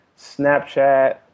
Snapchat